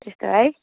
त्यस्तो है